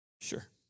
sure